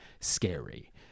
scary